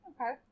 Okay